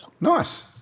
Nice